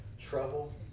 trouble